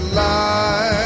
light